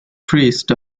priest